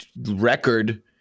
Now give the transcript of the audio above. record